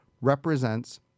represents